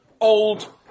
old